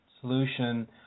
solution